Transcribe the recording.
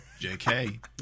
JK